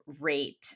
rate